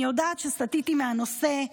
אני יודעת שסטיתי מהנושא,